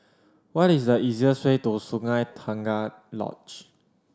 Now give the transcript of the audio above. what is the easiest way to Sungei Tengah Lodge